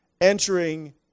entering